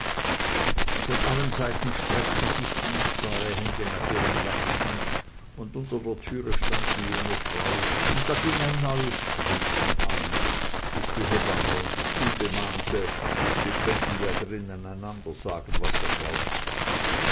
von allen seiten streckten sich dienstbare hände nach ihren lasten und unter der türe stand die junge frau und da ging ein neues grüßen an bis die hebamme in die stube mahnte sie könnten ja drinnen einander sagen was der brauch sei